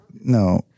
no